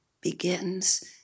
begins